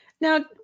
now